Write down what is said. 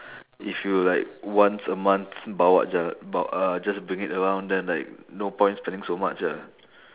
if you like once a month bawa jal~ ba~ uh just bring it around then like no point spending so much ah